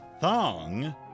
thong